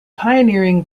pioneering